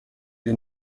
این